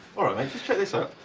all right, mate, just check this out.